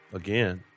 again